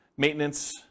Maintenance